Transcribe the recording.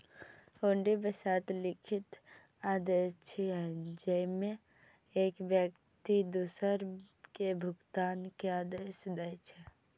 हुंडी बेशर्त लिखित आदेश छियै, जेइमे एक व्यक्ति दोसर कें भुगतान के आदेश दै छै